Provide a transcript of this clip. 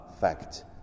fact